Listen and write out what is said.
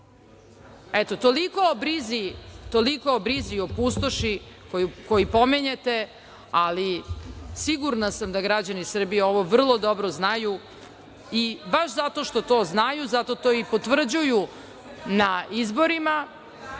Eto toliko o brizi, o pustoši koju pominjete, ali sigurna sam da građani Srbije ovo vrlo dobro znaju i baš zato što to znaju, zato to i potvrđuju na izborima,